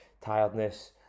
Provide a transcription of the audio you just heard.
tiredness